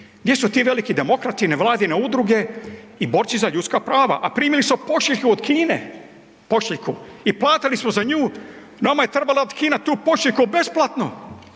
Gdje su ti veliki demokrati, nevladine udruge i borci za ljudska prava, a primili su pošiljku od Kine, pošiljku i platili smo za nju, nama je trebala dati Kina tu pošiljku besplatno